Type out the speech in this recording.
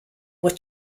were